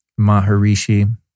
Maharishi